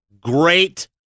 Great